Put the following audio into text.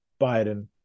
Biden